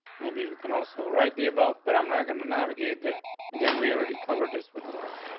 maybe we can also write the about, but i'm not going to navigate their again. we already covered this with the links.